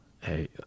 Hey